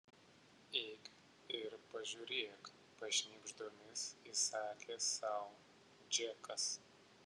eik ir pažiūrėk pašnibždomis įsakė sau džekas